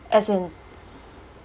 as in